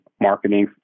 marketing